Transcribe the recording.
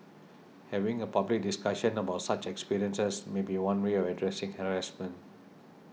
having a public discussion about such experiences may be one way of addressing harassment